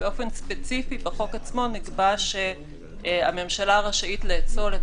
באופן ספציפי בחוק עצמו נקבע שהממשלה רשאית לאצול את